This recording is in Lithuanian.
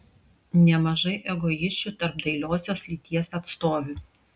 nemažai egoisčių tarp dailiosios lyties atstovių